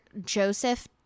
Joseph